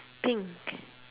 pink